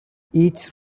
each